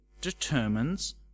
determines